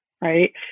right